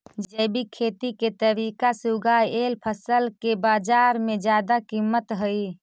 जैविक खेती के तरीका से उगाएल फसल के बाजार में जादा कीमत हई